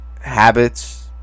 habits